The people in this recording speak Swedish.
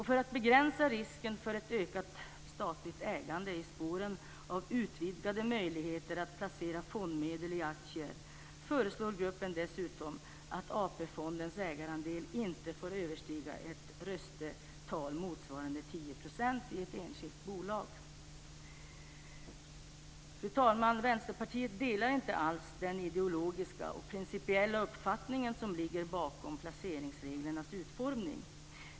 För att begränsa risken för ett ökat statligt ägande i spåren av utvidgade möjligheter att placera fondmedel i aktier föreslår gruppen dessutom att AP-fondens ägarandel inte får överstiga ett röstetal motsvarande Fru talman! Vänsterpartiet delar inte alls den ideologiska och principiella uppfattningen som ligger bakom placeringsreglernas utformning.